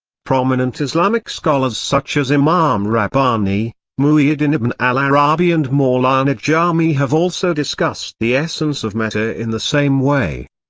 prominent islamic scholars such as imam rabbani, muhyiddin ibn al-'arabi and mawlana jami have also discussed the essence of matter in the same way.